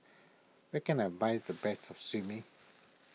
where can I buy the best Sashimi